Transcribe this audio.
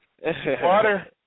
Water